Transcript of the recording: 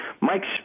Mike's